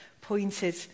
pointed